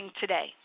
today